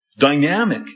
dynamic